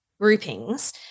groupings